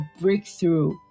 breakthrough